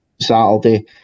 Saturday